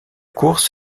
course